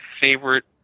favorite